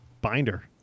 Binder